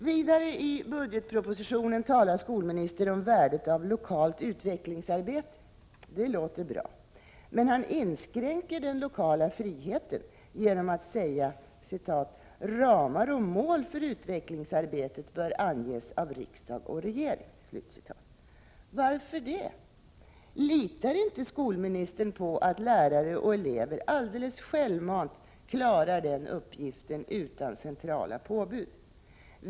Vidare i budgetpropositionen talar skolministern om värdet av lokalt utvecklingsarbete. Det låter bra. Men han inskränker den lokala friheten genom att säga: ”Ramar och mål för utvecklingsarbetet bör anges av riksdag och regering.” Varför det? Litar inte skolministern på att lärare och elever alldeles självmant klarar den uppgiften utan centrala påbud?